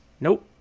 Nope